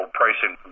pricing